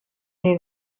den